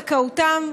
וזכאותם.